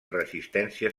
resistència